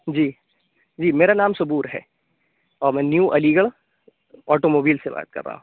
جی جی میرا نام صبور ہے اور میں new Aligarh automobile سے بات کر رہا ہوں